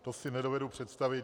To si nedovedu představit.